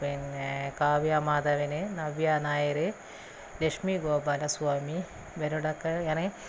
വിനീത് പിന്നെ കാവ്യാമാധവൻ നവ്യ നായർ ലക്ഷ്മി ഗോപാലസ്വാമി ഇവരോടൊക്കെ ഇങ്ങനെ